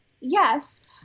Yes